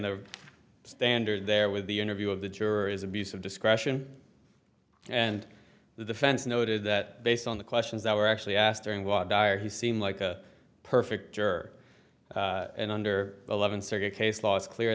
the standard there with the interview of the juror is abuse of discretion and the defense noted that based on the questions that were actually asked during voir dire he seemed like a perfect or an under eleven